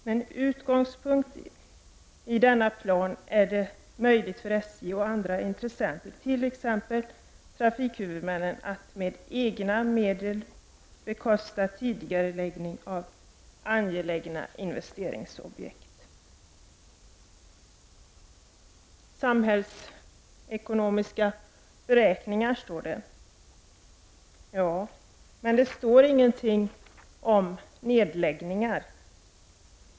Med utgångspunkt i denna plan är det möjligt för SJ och andra intressenter, t.ex. trafikhuvudmännen, att med egna medel bekosta tidigareläggning av angelägna investeringsobjekt.” Samhällsekonomiska beräkningar, står det. Ja, men det står ingenting om nedläggningar.